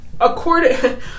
according